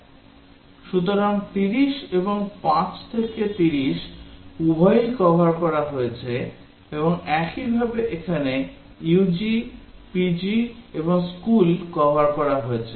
সুতরাং 30 এবং 5 থেকে 30 উভয়ই কভার করা হয়েছে এবং একইভাবে এখানে PG UG এবং স্কুল কভার করা হয়েছে